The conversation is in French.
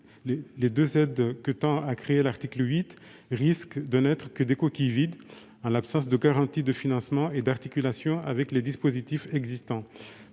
Les deux aides prévues à l'article 8 risquent de n'être que des coquilles vides en l'absence de garanties de financement et d'articulation avec les dispositifs existants.